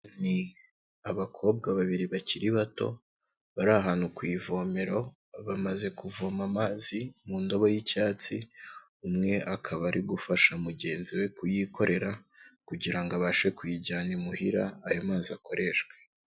Ni abakobwa babiri bakiri bato, bari ahantu ku ivomero, bamaze kuvoma amazi mu ndobo y'icyatsi, umwe akaba ari gufasha mugenzi we kuyikorera kugira ngo abashe kuyijyana imuhira, ayo mazi akoreshwe.